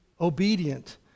obedient